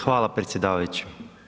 Hvala predsjedavajući.